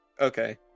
Okay